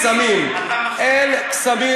מיום ראשון ליום שני.